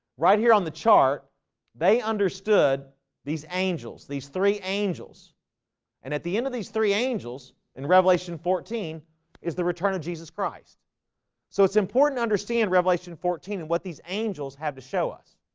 right here on the chart they understood these angels these three angels and at the end of these three angels in revelation fourteen is the return of jesus christ so it's important to understand revelation fourteen and what these angels have to show us.